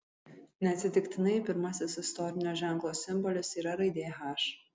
neatsitiktinai pirmasis istorinio ženklo simbolis yra raidė h